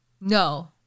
No